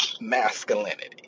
masculinity